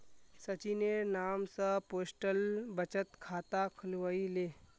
सचिनेर नाम स पोस्टल बचत खाता खुलवइ ले